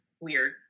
weird